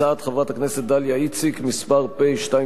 הצעת חברת הכנסת דליה איציק, פ/2975/18,